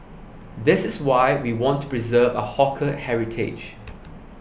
this is why we want to preserve our hawker heritage